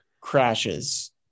crashes